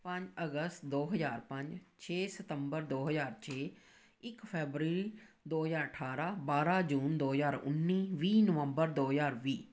ਪੰਜ ਅਗਸਤ ਦੋ ਹਜ਼ਾਰ ਪੰਜ ਛੇ ਸਤੰਬਰ ਦੋ ਹਜ਼ਾਰ ਛੇ ਇੱਕ ਫੈਬਰਰੀ ਦੋ ਹਜ਼ਾਰ ਅਠਾਰਾਂ ਬਾਰਾਂ ਜੂਨ ਦੋ ਹਜ਼ਾਰ ਉੱਨੀ ਵੀਹ ਨਵੰਬਰ ਦੋ ਹਜ਼ਾਰ ਵੀਹ